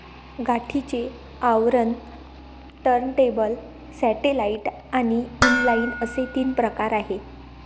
गाठीचे आवरण, turntable, satellite आणि इनलाइन असे तीन प्रकार आहे